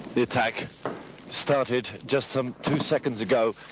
the attack started just some two seconds ago.